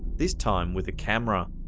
this time with a camera.